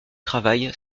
travail